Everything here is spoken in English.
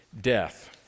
death